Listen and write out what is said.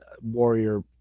Warrior